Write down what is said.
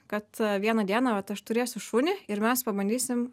kad vieną dieną vat aš turėsiu šunį ir mes pabandysim